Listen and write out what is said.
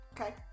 Okay